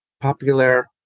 popular